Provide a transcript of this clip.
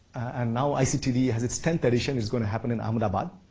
and now, ictd has its tenth edition. it's going to happen in ahmedabad